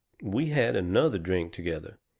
we had another drink together.